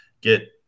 get